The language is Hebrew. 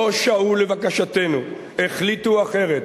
לא שעו לבקשתנו, החליטו אחרת.